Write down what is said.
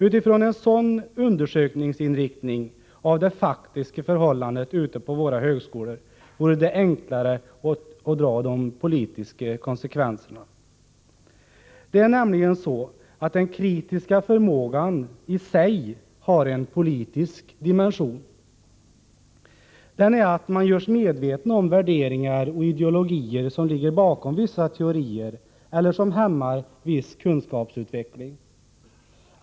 Utifrån en sådan inriktning på en undersökning av det faktiska förhållandet ute på våra högskolor vore det enklare att dra de politiska konsekvenserna. Den kritiska förmågan i sig har en politisk dimension, nämligen att man görs medveten om de värderingar och ideologier som ligger bakom vissa teorier eller som hämmar viss kunskapsutveckling.